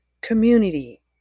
community